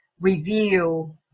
review